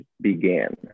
began